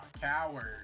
Coward